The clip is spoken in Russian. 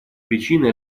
причины